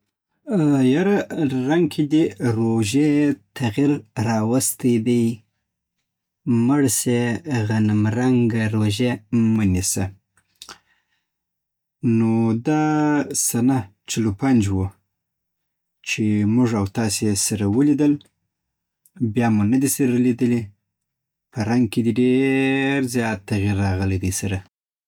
رنګ کی دی روژی تغیر را وستی دی مړ سی غنم رنګه روژه مه نیسه نو دا سنه چهل پنج وو چی موږ تاسی سره ولیدل بیا مو نه دی سره لیدلی په رنګ کی دی ډیر زیات تغیر راغلی دی سره